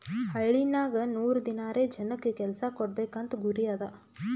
ಹಳ್ಳಿನಾಗ್ ನೂರ್ ದಿನಾರೆ ಜನಕ್ ಕೆಲ್ಸಾ ಕೊಡ್ಬೇಕ್ ಅಂತ ಗುರಿ ಅದಾ